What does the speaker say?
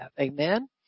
Amen